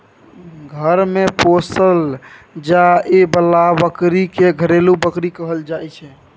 घर मे पोसल जाए बला बकरी के घरेलू बकरी कहल जाइ छै